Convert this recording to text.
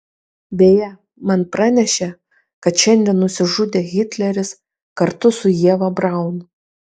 beje man pranešė kad šiandien nusižudė hitleris kartu su ieva braun